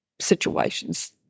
situations